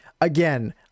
again